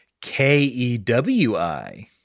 K-E-W-I